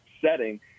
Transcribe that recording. setting